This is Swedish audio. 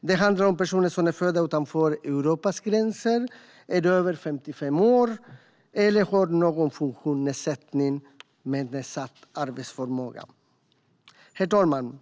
Det handlar om personer som är födda utanför Europas gränser, som är över 55 år eller som har någon funktionsnedsättning med nedsatt arbetsförmåga. Herr talman!